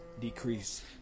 decrease